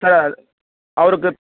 sir அவருக்கு